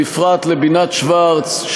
ובפרט לבינת שוורץ,